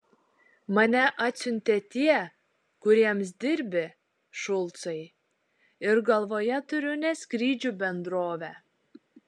mane atsiuntė tie kuriems dirbi šulcai ir galvoje turiu ne skrydžių bendrovę